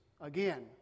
Again